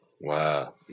Wow